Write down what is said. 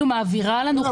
ואפילו מעבירה לנו חומרים.